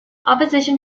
opposition